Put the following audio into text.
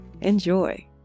Enjoy